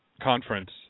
conference